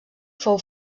fou